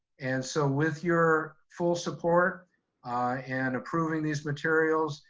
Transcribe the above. and so with your full support and approving these materials,